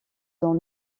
dans